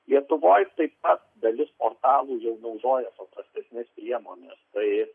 lietuvoj taip pat dalis portalų jau naudoja paprastesnes priemones tai